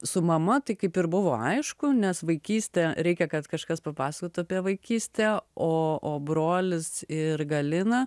su mama tai kaip ir buvo aišku nes vaikystę reikia kad kažkas papasakotų apie vaikystę o o brolis ir galina